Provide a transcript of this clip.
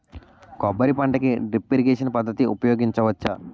కొబ్బరి పంట కి డ్రిప్ ఇరిగేషన్ పద్ధతి ఉపయగించవచ్చా?